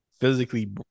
physically